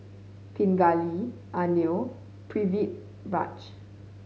Pingali Anil and Pritiviraj